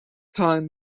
time